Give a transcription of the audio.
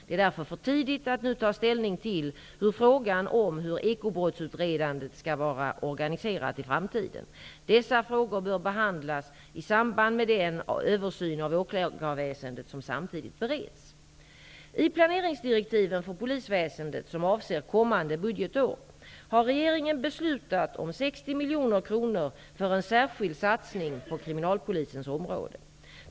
Det är därför för tidigt att nu ta ställning till frågan om hur ekobrottsutredandet skall vara organiserat i framtiden. Dessa frågor bör behandlas i samband med den översyn av åklagarväsendet som samtidigt bereds. miljoner kronor för en särskild satsning på kriminalpolisens område.